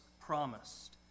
promised